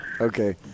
okay